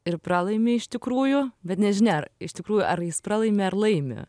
ir pralaimi iš tikrųjų bet nežinia ar iš tikrųjų ar jis pralaimi ar laimi